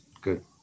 good